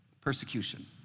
Persecution